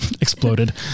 exploded